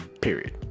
period